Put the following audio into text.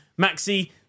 Maxi